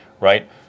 right